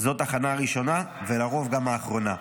זו תחנה ראשונה ולרוב גם האחרונה,